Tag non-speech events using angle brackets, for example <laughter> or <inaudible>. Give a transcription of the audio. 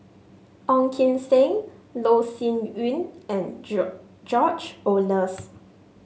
Ong Kim Seng Loh Sin Yun and <unintelligible> George Oehlers